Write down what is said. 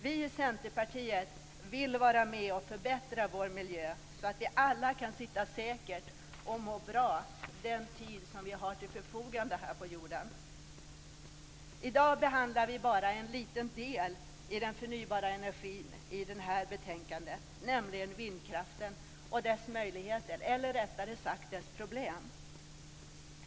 Vi i Centerpartiet vill vara med om att förbättra vår miljö så att vi alla kan sitta säkert och må bra den tid som vi har till vårt förfogande här på jorden. I dag behandlar vi bara en liten del av den förnybara energin i det här betänkandet, nämligen vindkraften och dess möjligheter - eller rättare sagt dess problem.